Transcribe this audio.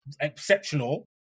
exceptional